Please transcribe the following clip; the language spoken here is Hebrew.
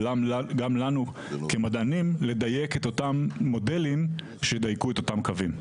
וגם לנו כמדענים לדייק את אותם מודלים שידייקו את אותם קווים.